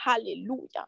hallelujah